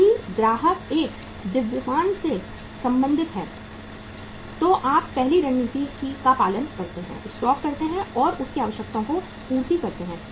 यदि ग्राहक एक द्रव्यमान से संबंधित हैं तो आप पहली रणनीति का पालन करते हैं स्टॉक करते हैं और उसकी आवश्यकताओं की पूर्ति करते हैं